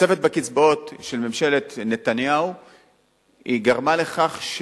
התוספת בקצבאות של ממשלת נתניהו גרמה לכך,